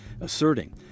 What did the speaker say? asserting